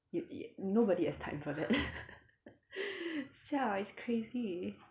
you y~ nobody has time for that siao it's crazy